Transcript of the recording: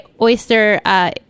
oyster